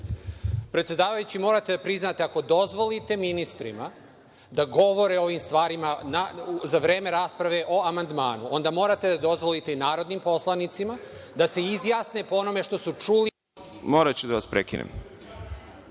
Predsedavajući, morate da priznate, ako dozvolite ministrima da govore o ovim stvarima za vreme rasprave o amandmanu, onda morate da dozvolite i narodnim poslanicima da se izjasne po onome što su čuli … **Đorđe Milićević** Moraću da vas prekinem.